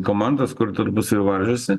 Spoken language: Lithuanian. komandos kur tarpusavy varžėsi